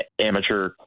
amateur